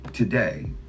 Today